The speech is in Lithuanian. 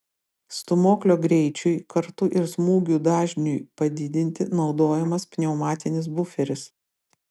stūmoklio greičiui kartu ir smūgių dažniui padidinti naudojamas pneumatinis buferis